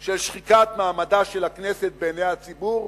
של שחיקת מעמד הכנסת בעיני הציבור,